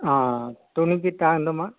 ஆ துணிக்கு தகுந்த